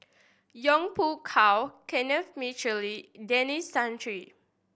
Yong Pung How Kenneth Mitchelly Denis Santry